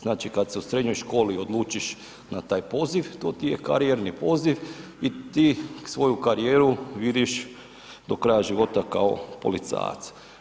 Znači kada se u srednjoj školi odlučiš na taj poziv, to ti je karijerni poziv i ti svoju karijeru vidiš do kraja života kao policajac.